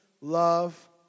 love